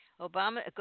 Obama